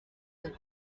deux